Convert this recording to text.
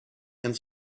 and